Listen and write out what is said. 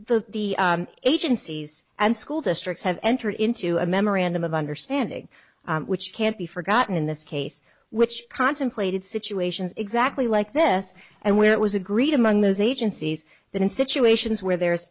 the the agencies and school districts have entered into a memorandum of understanding which can't be forgotten in this case which contemplated situations exactly like this and where it was agreed among those agencies that in situations where there